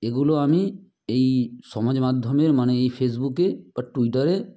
এগুলো আমি এই সমাজ মাধ্যমের মানে এই ফেসবুকে বা টুইটারে